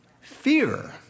fear